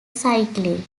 slightly